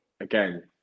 again